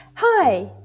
Hi